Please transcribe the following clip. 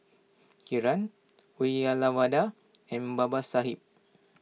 Kiran Uyyalawada and Babasaheb